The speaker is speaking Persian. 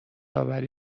آوری